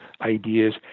ideas